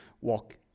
walk